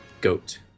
Goat